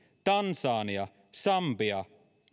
tansania sambia